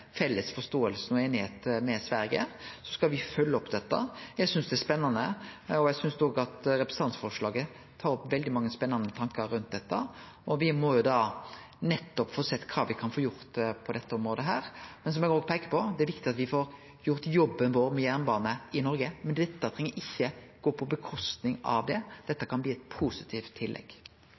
felles forståinga og einigheita med Sverige, skal me følgje opp dette. Eg synest det er spennande, eg synest at representantforslaget tar opp veldig mange spennande tankar, og me må få sett på kva me kan få gjort på dette området. Men som eg òg peikte på, er det viktig at me får gjort jobben vår med jernbane i Noreg. Dette treng likevel ikkje gå ut over det. Dette kan bli eit positivt tillegg.